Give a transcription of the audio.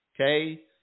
Okay